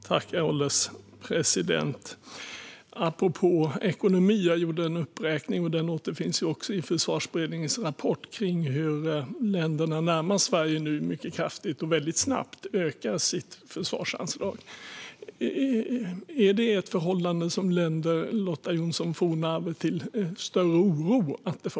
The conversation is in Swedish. Herr ålderspresident! Apropå ekonomi gjorde jag en uppräkning - den återfinns också i Försvarsberedningens rapport - som visade hur länderna närmast Sverige nu mycket kraftigt och väldigt snabbt ökar sina försvarsanslag. Är detta ett förhållande som länder till oro hos Lotta Johnsson Fornarve?